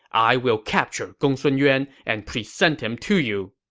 i will capture gongsun yuan and present him to you.